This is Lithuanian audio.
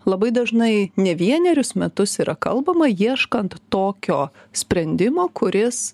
labai dažnai ne vienerius metus yra kalbama ieškant tokio sprendimo kuris